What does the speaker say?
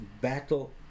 battle